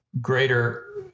greater